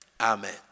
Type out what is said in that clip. Amen